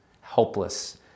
helpless